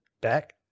Back